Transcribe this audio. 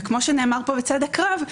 וכמו שנאמר פה בצדק רב,